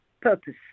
purpose